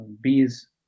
bees